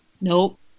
Nope